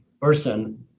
person